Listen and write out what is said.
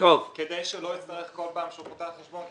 כדי שלא יצטרך כל פעם שהוא פותח חשבון.